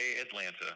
Atlanta